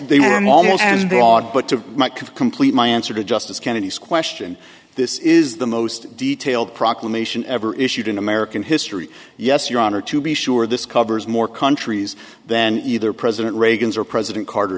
almost and they ought but to complete my answer to justice kennedy's question this is the most detailed proclamation ever issued in american history yes your honor to be sure this covers more countries than either president reagan's or president carter